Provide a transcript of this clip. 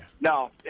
No